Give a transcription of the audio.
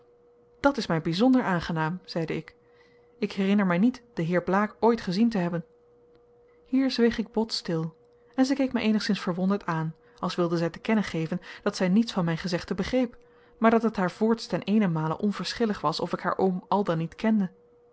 dat is mij bijzonder aangenaam zeide ik ik herinner mij niet den heer blaek ooit gezien te hebben hier zweeg ik bot stil en zij keek mij eenigszins verwonderd aan als wilde zij te kennen geven dat zij niets van mijn gezegde begreep maar dat het haar voorts ten eenenmale onverschillig was of ik haar oom al dan niet kende